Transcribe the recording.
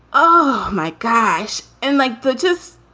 oh, my gosh. and like putschists.